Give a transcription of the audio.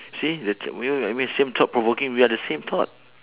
see the th~ mean I mean same thought-provoking we are the same thought